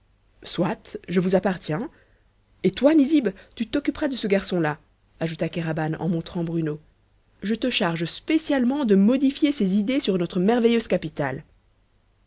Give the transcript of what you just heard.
soit je vous appartiens et toi nizib tu t'occuperas de ce garçon-là ajouta kéraban en montrant bruno je te charge spécialement de modifier ses idées sur notre merveilleuse capitale